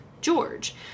George